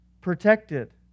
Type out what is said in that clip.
Protected